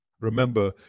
Remember